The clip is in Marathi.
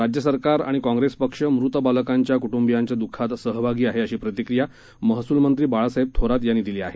राज्य सरकार आणि काँप्रेस पक्ष मृत बालकांच्या कुटूंबियांच्या दुःखात सहभागी आहे अशी प्रतिक्रिया महसुलमंत्री बाळासाहेब थोरात यांनी दिली आहे